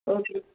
okay